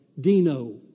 Dino